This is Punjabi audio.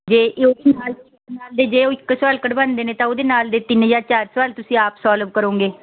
ਜੇ ਜੇ ਉਹ ਇੱਕ ਸਵਾਲ ਕਢਵਾਉਂਦੇ ਨੇ ਉਹਦੇ ਨਾਲ ਦੇ ਤਿੰਨ ਜਾਂ ਚਾਰ ਸਵਾਲ ਤੁਸੀਂ ਆਪ ਸੋਲਵ ਕਰੋਂਗੇ